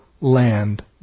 land